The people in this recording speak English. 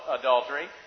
adultery